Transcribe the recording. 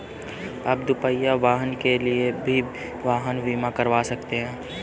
आप दुपहिया वाहन के लिए भी वाहन बीमा करवा सकते हैं